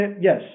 yes